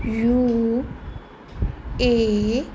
U A